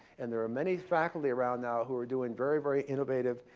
and there are many faculty around now who are doing very, very innovative,